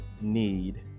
need